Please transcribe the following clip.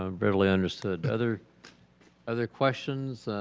ah fairly understood. other other questions?